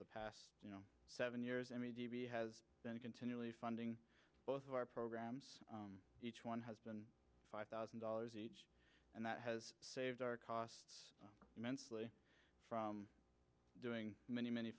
the past you know seven years i mean d b has been continually funding both of our programs each one has been five thousand dollars each and that has saved our costs immensely from doing many many